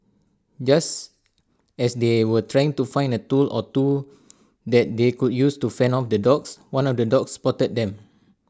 just as they were trying to find A tool or two that they could use to fend off the dogs one of the dogs spotted them